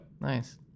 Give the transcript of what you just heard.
Nice